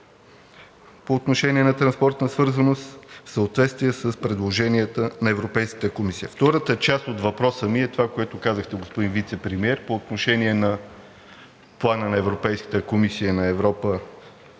по отношение на транспортната свързаност в съответствие с предложенията на Европейската комисия? Втората част от въпроса ми е – това, което казахте, господин Вицепремиер, по отношение на Плана на Европейската комисия на Европа